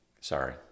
Sorry